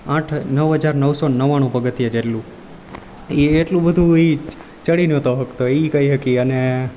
આઠ નવ હજાર નવસો નવાણું પગથિયાં જેટલું એ એટલું બધું એ ચડી નહોતો શકતો એ કહી શકે અને